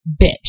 bitch